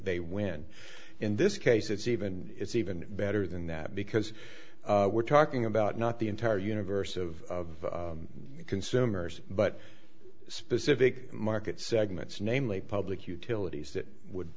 they when in this case it's even it's even better than that because we're talking about not the entire universe of consumers but specific market segments namely public utilities that would